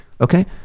okay